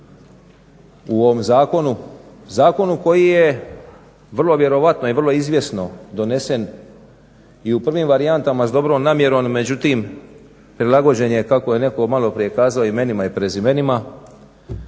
u ovom zakonu. Zakonu koji je vrlo vjerojatno i vrlo izvjesno donesen i u prvim varijantama s dobrom namjerom, međutim prilagođen je kako je netko maloprije kazao imenima i prezimenima